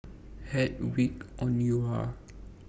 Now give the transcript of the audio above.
Hedwig Anuar